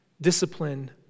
Discipline